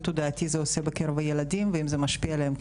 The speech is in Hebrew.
תודעתי זה עושה בקרב הילדים ואם זה משפיע עליהם,